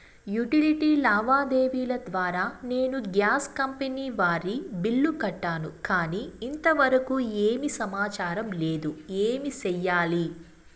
Utility లావాదేవీల ద్వారా నేను గ్యాస్ కంపెని వారి బిల్లు కట్టాను కానీ ఇంతవరకు ఏమి సమాచారం లేదు, ఏమి సెయ్యాలి?